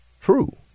true